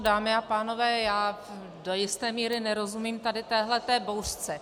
Dámy a pánové, já do jisté míry nerozumím tady téhleté bouřce.